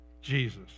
Jesus